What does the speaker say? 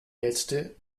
letzte